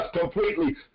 completely